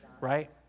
Right